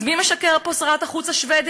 אז מי משקר פה, שרת החוץ השבדית?